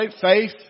Faith